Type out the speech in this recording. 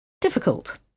Difficult